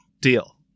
Deal